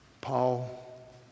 Paul